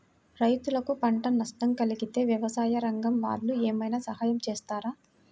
రైతులకు పంట నష్టం కలిగితే వ్యవసాయ రంగం వాళ్ళు ఏమైనా సహాయం చేస్తారా?